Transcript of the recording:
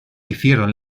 hicieron